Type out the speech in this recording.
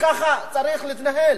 ככה צריך להתנהל.